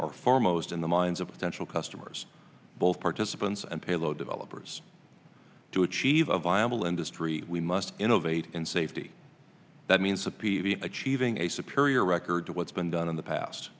are foremost in the minds of potential customers both participants and payload developers to achieve a viable industry we must innovate in safety that means that p v achieving a superior record to what's been done in the past